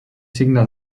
signe